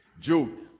Jude